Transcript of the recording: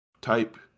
type